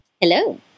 Hello